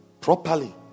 Properly